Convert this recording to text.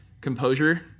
Composure